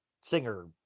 singer